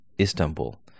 Istanbul